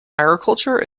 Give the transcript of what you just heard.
agriculture